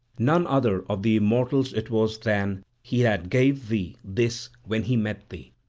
none other of the immortals it was than he that gave thee this when he met thee.